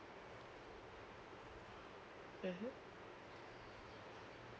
mmhmm